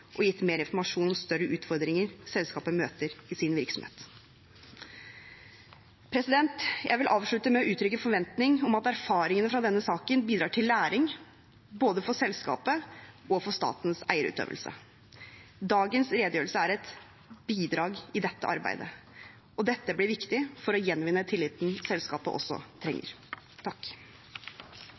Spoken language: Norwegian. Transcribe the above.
og gitt mer informasjon om større utfordringer som selskapet møter i sin virksomhet. Jeg vil avslutte med å uttrykke en forventning om at erfaringene fra denne saken bidrar til læring, både for selskapet og for statens eierutøvelse. Dagens redegjørelse er et bidrag i det arbeidet. Dette blir viktig for å gjenvinne tilliten som selskapet trenger.